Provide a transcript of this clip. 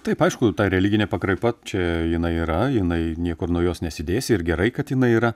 taip aišku ta religinė pakraipa čia jinai yra jinai niekur nuo jos nesidėsi ir gerai kad jinai yra